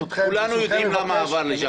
כולנו יודעים למה זה עבר לשם.